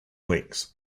links